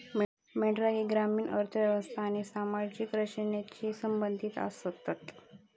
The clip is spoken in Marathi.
मेंढरा ही ग्रामीण अर्थ व्यवस्था आणि सामाजिक रचनेशी संबंधित आसतत